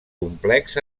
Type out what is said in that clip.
complex